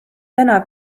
täna